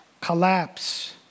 collapse